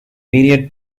period